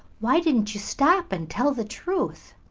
why didn't you stop and tell the truth?